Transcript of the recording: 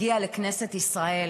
הגיעה לכנסת ישראל,